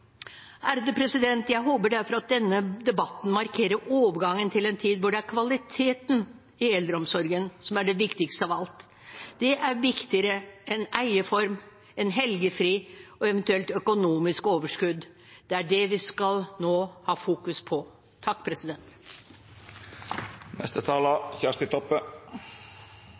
Jeg håper derfor at denne debatten markerer overgangen til en tid hvor det er kvaliteten i eldreomsorgen som er det viktigste av alt. Det er viktigere enn eierform, enn helgefri og eventuelt økonomisk overskudd. Det er det vi nå skal fokusere på.